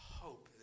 hope